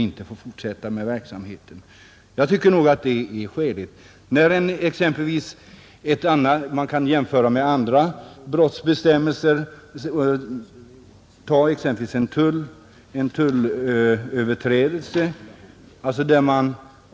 Det tycker jag nog vore skäligt. Man kan jämföra med andra brottsbestämmelser. Tag exempelvis en tullöverträdelse!